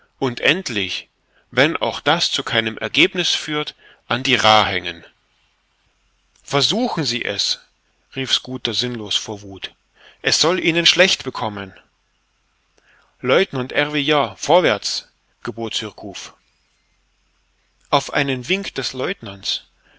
und endlich wenn auch das zu keinem ergebniß führt an die raa hängen versuchen sie es rief schooter sinnlos vor wuth es soll ihnen schlecht bekommen lieutenant ervillard vorwärts gebot surcouf auf einen wink des lieutenant